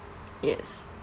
yes